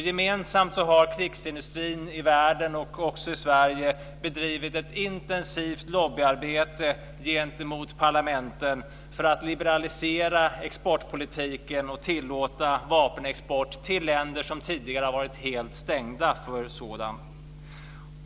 Gemensamt har krigsindustrin i världen, också i Sverige, bedrivit ett intensivt lobbyarbete gentemot parlamenten för att liberalisera exportpolitiken och tillåta vapenexport till länder som tidigare har varit helt stängda för sådan.